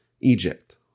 Egypt